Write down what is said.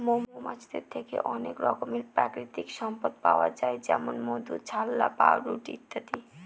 মৌমাছিদের থেকে অনেক রকমের প্রাকৃতিক সম্পদ পাওয়া যায় যেমন মধু, ছাল্লা, পাউরুটি ইত্যাদি